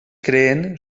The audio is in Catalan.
creen